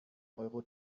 euro